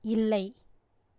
இல்லை